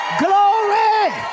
Glory